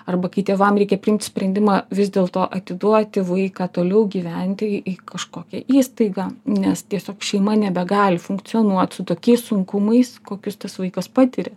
arba kai tėvas reikia priimti sprendimą vis dėlto atiduoti vaiką toliau gyventi į kažkokią įstaigą nes tiesiog šeima nebegali funkcionuot su tokiais sunkumais kokius tas vaikas patiria